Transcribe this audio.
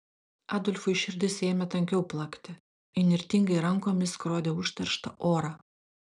adolfui širdis ėmė tankiau plakti įnirtingai rankomis skrodė užterštą orą